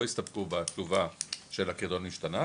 לא הסתפקו בתשובה של 'הקריטריון השתנה',